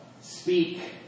speak